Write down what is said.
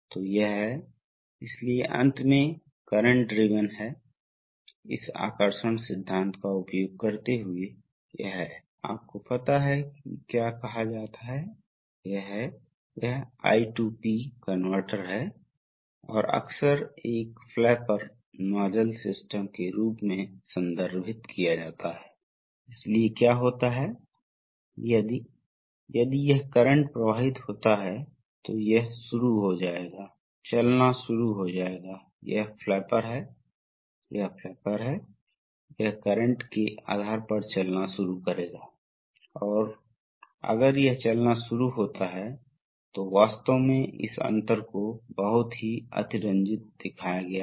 तेजी से आगे बढ़ना एक निश्चित दूरी के बाद यह इसे छूता है और इसे धक्का देता है इसलिए इसलिए उस समय के दौरान यह संचालित होता है और इसे बंद कर दिया जाता है यह इसके माध्यम से नहीं गुजर सकता है यह चेक वाल्व है इसके साथ कोई प्रवाह नहीं है इसलिए अब द्रव इसके साथ प्रवाह करने के लिए मजबूर होना चाहिए एक अलग रंग का उपयोग करना चाहिए इसलिए आगे के स्ट्रोक के दौरान द्रव को हरे रंग की रेखा के साथ प्रवाह करने के लिए मजबूर किया जाता है और चूंकि यह प्रवाह नियंत्रण वाल्व है इसलिए हमारी केवल एक निश्चित मात्रा में प्रवाह संभव नहीं है इससे प्रवाह को नियंत्रित किया जाता है